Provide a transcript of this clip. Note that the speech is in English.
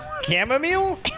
Chamomile